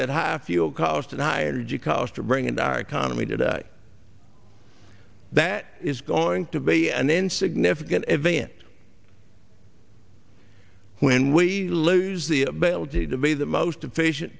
fuel cost and higher g cost to bring in our economy today that is going to be and then significant event when we lose the ability to be the most efficient